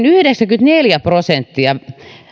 yhdeksänkymmentäneljä prosenttia